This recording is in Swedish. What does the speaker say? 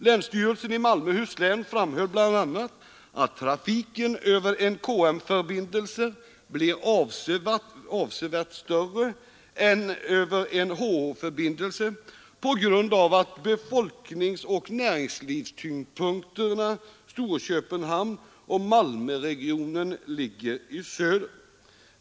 Länsstyrelsen i Malmöhus län framhöll bl.a. att trafiken över en KM-förbindelse blir avsevärt större än över en HH-förbindelse på grund av att befolkningsoch näringslivstyngdpunkterna, Storköpenhamn och Malmöregionen, ligger i söder.